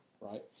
Right